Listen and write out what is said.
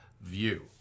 view